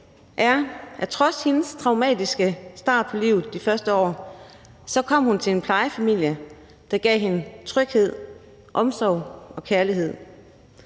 er, at trods hendes traumatiske start på livet, kom Maja til en plejefamilie, der gav hende tryghed, omsorg og kærlighed.